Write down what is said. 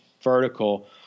vertical